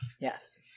Yes